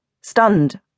Stunned